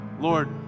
Lord